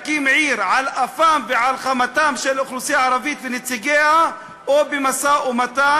להקים עיר על אפם ועל חמתם של האוכלוסייה הערבית ונציגיה או במשא-ומתן,